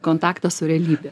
kontaktą su realybe